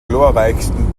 glorreichsten